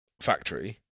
factory